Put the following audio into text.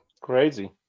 Crazy